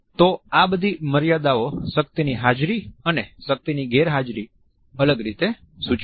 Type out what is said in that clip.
તો આ બધી મર્યાદાઓ શક્તિની હાજરી અને શક્તિની ગેરહાજરી અલગ રીતે સૂચવે છે